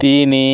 ତିନ